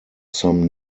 some